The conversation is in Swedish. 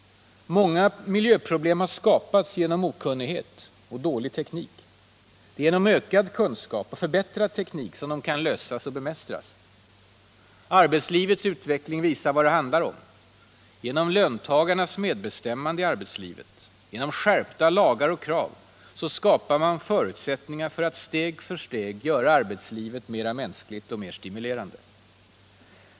Många miljöproblem har skapats genom okunnighet och dålig teknik — det är genom ökad kunskap och förbättrad teknik som de kan lösas eller bemästras. Arbetslivets utveckling visar vad det handlar om. Genom löntagarnas medbestämmande i arbetslivet, genom skärpta lagar och krav, skapar man förutsättningar för att steg för steg göra arbetslivet mänskligare och mer stimulerande.